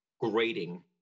grading